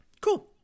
Cool